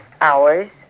hours